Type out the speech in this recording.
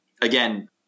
again